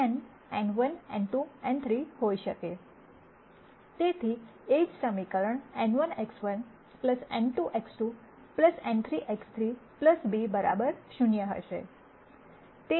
તેથી એ જ સમીકરણ n1 X1 n2 X2 n3 X3 b 0 હશે